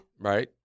Right